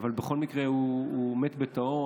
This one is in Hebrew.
הוא מת בתאו.